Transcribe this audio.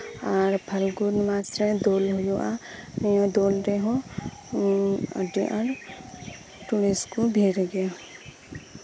ᱟᱨ ᱯᱷᱟᱞᱜᱩᱱ ᱢᱟᱥᱨᱮ ᱫᱳᱞ ᱦᱩᱭᱩᱜᱼᱟ ᱱᱤᱭᱟᱹ ᱫᱳᱞ ᱨᱮᱦᱚᱸ ᱟᱸᱰᱤ ᱟᱸᱰᱤ ᱟᱸᱴ ᱴᱩᱨᱤᱥᱴ ᱠᱚ ᱵᱷᱤᱲ ᱜᱮᱭᱟ